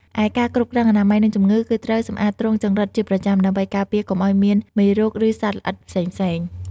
ឯការគ្រប់គ្រងអនាម័យ និងជំងឺ គឺត្រូវសម្អាតទ្រុងចង្រិតជាប្រចាំ ដើម្បីការពារកុំឲ្យមានមេរោគ ឬសត្វល្អិតផ្សេងៗ។